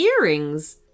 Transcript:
earrings